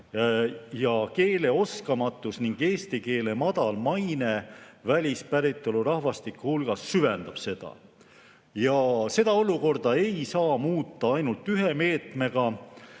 Ja riigikeeleoskamatus ning eesti keele madal maine välispäritolu rahvastiku hulgas süvendab seda. Seda olukorda ei saa muuta ainult ühe meetmega,